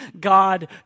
God